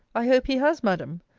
i hope he has, madam.